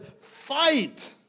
fight